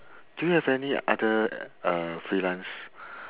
do you have any other uh freelance